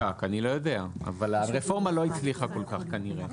אני לא יודע אבל הרפורמה לא הצליחה כל-כך כנראה.